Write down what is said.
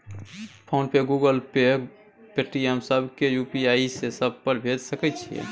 Phone पे, Google Pay, Paytm, सब के UPI से सब पर भेज सके छीयै?